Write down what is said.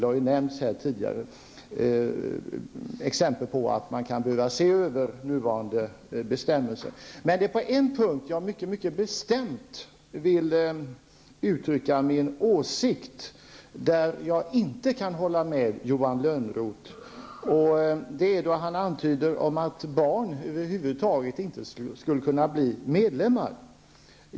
Här har nämnts exempel som visar att man kan behöva se över nuvarande bestämmelser. Men på en punkt vill jag mycket bestämt uttrycka min åsikt. Där kan jag inte hålla med Johan Lönnroth. Det är då han antyder att barn över huvud taget inte skulle kunna bli medlemmar.